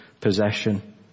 possession